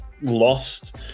lost